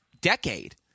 decade